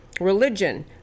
religion